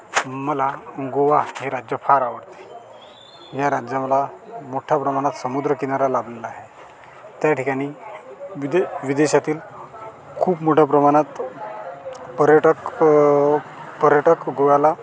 मला गोवा हे राज्य फार आवडते ह्या राज्याला मोठ्या प्रमाणात समुद्रकिनारा लाभलेला आहे त्या ठिकाणी विदे विदेशातील खूप मोठ्या प्रमाणात पर्यटक पर्यटक गोव्याला